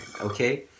okay